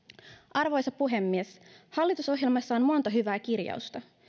arvoisa puhemies hallitusohjelmassa on monta hyvää kirjausta